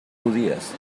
judías